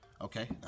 Okay